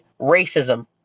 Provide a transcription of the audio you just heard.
racism